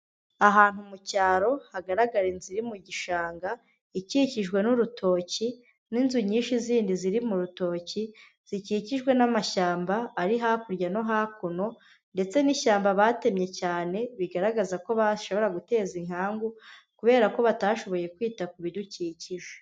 Ahantu mu cyaro hagaragara inzu iri mu gishanga, ikikijwe n'urutoki, n'inzu nyinshi zindi ziri mu rutoki, zikikijwe n'amashyamba ari hakurya no hakuno, ndetse n'ishyamba batemye cyane bigaragaza ko bashobora guteza inkangu, kubera ko batashoboye kwita ku bidukikije.